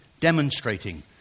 demonstrating